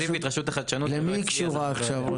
למי רשות החדשנות קשורה עכשיו?